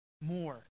more